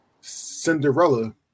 Cinderella